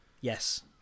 Yes